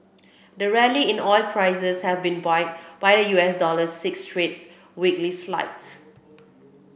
the rally in oil prices has been buoyed by the U S dollar six straight weekly slides